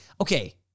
okay